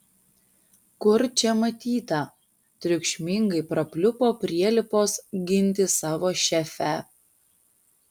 kur čia matyta triukšmingai prapliupo prielipos ginti savo šefę